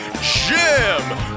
Jim